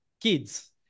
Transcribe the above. kids